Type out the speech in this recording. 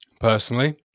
Personally